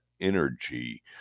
energy